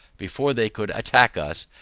before they could attack us,